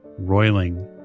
roiling